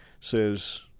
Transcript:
says